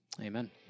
Amen